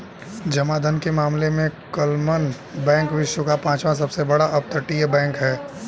जमा धन के मामले में क्लमन बैंक विश्व का पांचवा सबसे बड़ा अपतटीय बैंक है